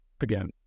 again